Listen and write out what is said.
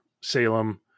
Salem